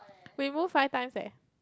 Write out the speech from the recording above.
we move five times[eh]